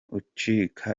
ucika